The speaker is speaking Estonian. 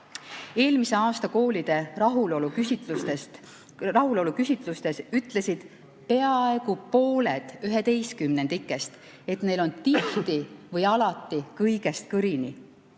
Eelmise aasta koolide rahuloluküsitlustes ütlesid peaaegu pooled üheteistkümnendikest, et neil on tihti või alati kõigest kõrini.